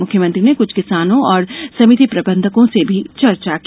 मुख्यमंत्री ने कुछ किसानों और समिति प्रबंधकों से भी चर्चा की